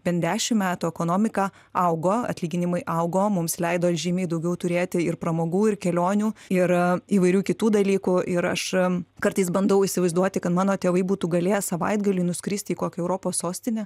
bent dešim metų ekonomika augo atlyginimai augo mums leido žymiai daugiau turėti ir pramogų ir kelionių ir įvairių kitų dalykų ir aš kartais bandau įsivaizduoti kad mano tėvai būtų galėję savaitgaliui nuskristi į kokią europos sostinę